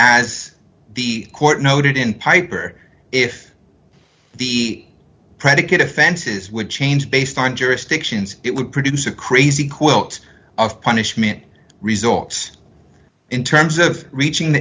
as the court noted in piper if the predicate offenses would change based on jurisdictions it would produce a crazy quilt of punishment results in terms of reaching th